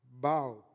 bow